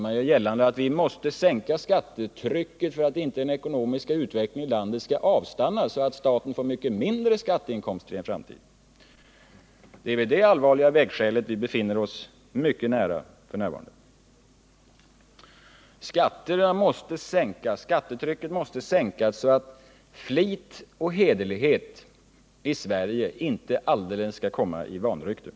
Jag menar att vi måste sänka skattetrycket så att den framtida ekonomiska utvecklingen inte skall avstanna, vilket skulle leda till att staten får mindre skatteinkomster. Det är vid detta allvarliga vägskäl vi befinner oss f. n. Skattetrycket måste sänkas så att flit och hederlighet i Sverige inte alldeles skall komma i vanrykte.